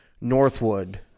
Northwood